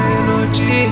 energy